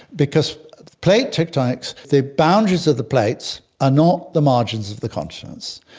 because plate tectonics, the boundaries of the plates are not the margins of the continents.